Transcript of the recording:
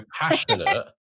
passionate